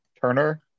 Turner